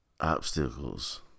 Obstacles